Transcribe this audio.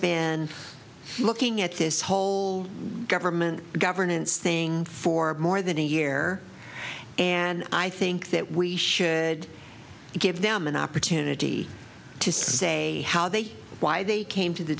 been looking at this whole government governance thing for more than a year and i think that we should give them an opportunity to say how they why they came to the